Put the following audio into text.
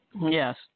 Yes